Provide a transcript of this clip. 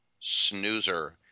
snoozer